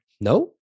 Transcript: no